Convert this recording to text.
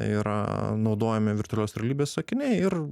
yra naudojami virtualios realybės akiniai ir